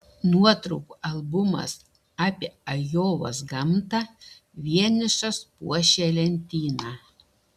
nuotraukų albumas apie ajovos gamtą vienišas puošė lentyną